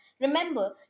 Remember